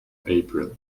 april